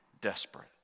desperate